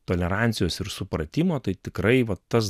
tolerancijos ir supratimo tai tikrai va tas